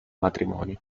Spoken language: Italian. matrimonio